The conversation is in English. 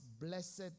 blessed